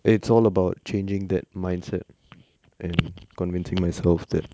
it's all about changing that mindset and convincing myself that